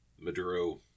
Maduro